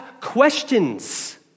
questions